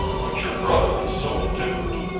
but your brother is so indifferent.